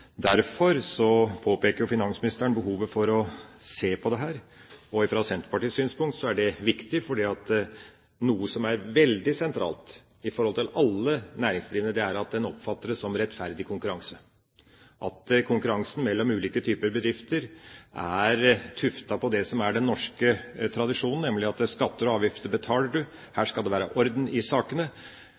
Derfor påpeker finansministeren behovet for å se på dette. Fra Senterpartiets synspunkt er det viktig, for noe som er veldig sentralt for alle næringsdrivende, er at en oppfatter konkurransen som rettferdig, at konkurransen mellom ulike typer bedrifter er tuftet på det som er den norske tradisjonen, nemlig at skatter og avgifter betaler du, her skal det være orden i sakene.